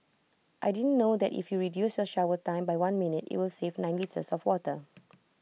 I didn't know that if you reduce your shower time by one minute IT will save nine litres of water